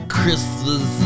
Christmas